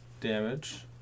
damage